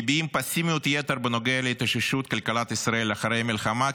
מביעות פסימיות יתר בנוגע להתאוששות כלכלת ישראל אחרי המלחמה,